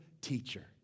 teacher